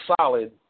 solid